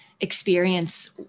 experience